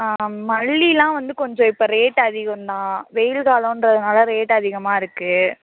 மல்லியெலாம் வந்து கொஞ்சம் இப்போ ரேட்டு அதிகந்தான் வெயில் காலன்றதுனால ரேட்டு அதிகமாக இருக்குது